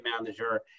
manager